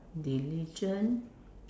diligent